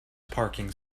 parking